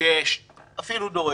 אפילו דורש,